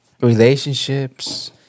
relationships